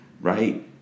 Right